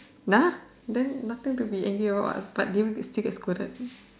ya then nothing to be angry about what but did you still get scolded